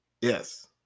yes